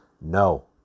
No